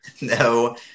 No